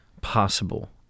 possible